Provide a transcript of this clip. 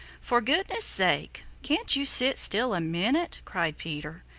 for goodness' sake, can't you sit still a minute? cried peter.